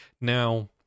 Now